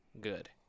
Good